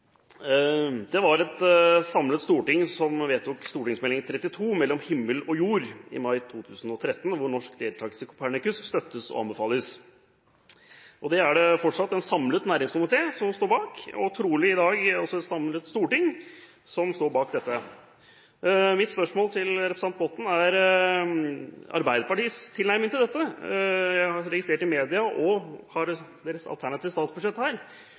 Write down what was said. Det var et samlet storting som i juni 2013 vedtok Meld. St. 32 for 2012–2013 – Mellom himmel og jord: Norsk romvirksomhet for næring og nytte – hvor norsk deltagelse i Copernicus støttes og anbefales. Det er det fortsatt en samlet næringskomité som står bak, og trolig står i dag også et samlet storting bak dette. Mitt spørsmål til representanten Botten gjelder Arbeiderpartiets til nærming til dette. Jeg har registrert i media og